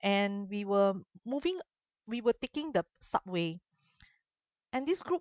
and we were moving we were taking the subway and this group